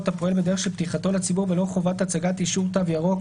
הפועל בדרך של פתיחתו לציבור בלא חובת הצגת אישור "תו ירוק"